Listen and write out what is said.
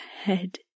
head